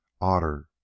Otter